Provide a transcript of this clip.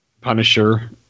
Punisher